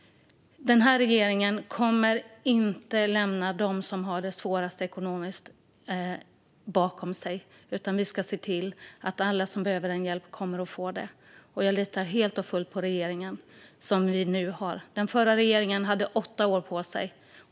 Regeringen kommer inte att lämna dem som har det svårast ekonomiskt bakom sig, utan regeringen ska se till att alla som behöver hjälp får det. Jag litar helt och fullt på den regering som vi har nu. Den förra regeringen hade åtta år på sig.